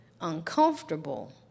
uncomfortable